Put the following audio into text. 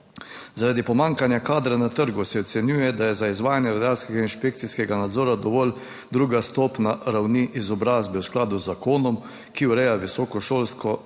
Zaradi pomanjkanja kadra na trgu se ocenjuje, da je za izvajanje rudarskega inšpekcijskega nadzora dovolj druga stopnja ravni izobrazbe v skladu z zakonom, ki ureja visoko šolsko, visoko